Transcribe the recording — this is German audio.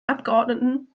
abgeordneten